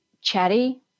chatty